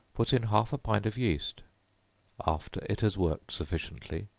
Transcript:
put in half a pint of yeast after it has worked sufficiently,